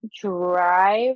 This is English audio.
drive